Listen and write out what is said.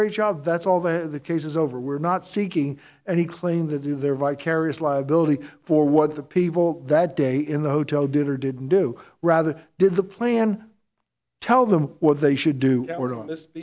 great job that's all there the case is over we're not seeking any claim to do their vicarious liability for what the people that day in the hotel did or didn't do rather did the plan tell them what they should do and went on this